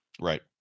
Right